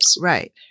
Right